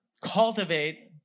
cultivate